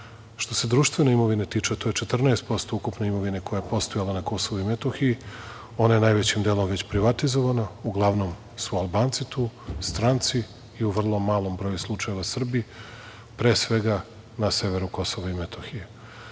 Što se društven imovine tiče, to je 14% ukupne imovine koja je postojala na Kosovu i Metohiji. Ona je najvećim delom već privatizovana. Uglavnom su Albanci tu, stranci i u vrlo malom broju slučajeva, Srbi. Pre svega na severu Kosova i Metohije. Što